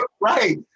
Right